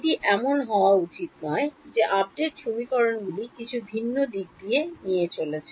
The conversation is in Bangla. এটি এমন হওয়া উচিত নয় যে আপডেট সমীকরণগুলি কিছু ভিন্ন দিক নিয়ে চলেছে